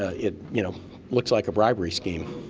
ah it you know looks like a bribery scheme.